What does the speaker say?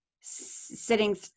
sitting